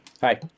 Hi